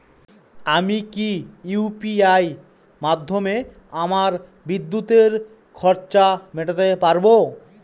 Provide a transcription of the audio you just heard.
আমি কি ইউ.পি.আই মাধ্যমে আমার বিদ্যুতের খরচা মেটাতে পারব?